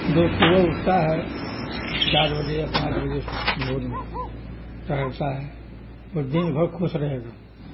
جو صبح اٹھتا ہے چار بجے یا پانچ بجے بھور میں ٹہلتا ہے وہ دن بھر خوش رہے گا